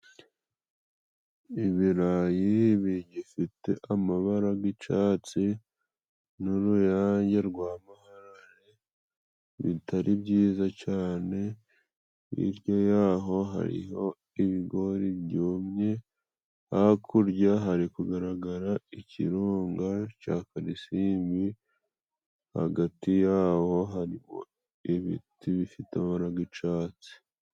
Ibirayi bigifite amabara y'icyatsi n'uruyange rwa maharare bitari byiza cyane, hirya y'aho hariho ibigori byumye, hakurya hari kugaragara ikirunga cya Kalisimbi, hagati y'aho harimo ibiti bifite amabara y'icyatsi.